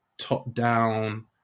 top-down